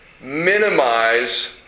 minimize